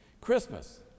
Christmas